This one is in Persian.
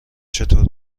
چطور